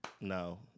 No